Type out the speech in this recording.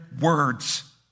words